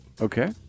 okay